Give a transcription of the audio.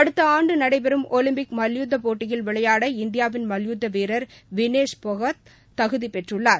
அடுத்த ஆண்டு நடைபெறும் ஒலிம்பிக் மல்யுத்தப் போட்டியில் விளையாட இந்தியாவின் மல்யுத்த வீரர் வினேஷ் கொகாத் தகுதி பெற்றுள்ளார்